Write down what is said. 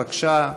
בבקשה,